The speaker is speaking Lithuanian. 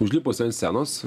užlipus ant scenos